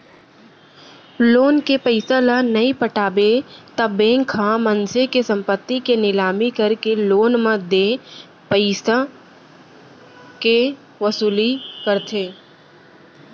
loan के पइसा ल नइ पटाबे त बेंक ह मनसे के संपत्ति के निलामी करके लोन म देय पइसाके वसूली करथे